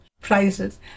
prizes